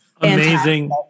Amazing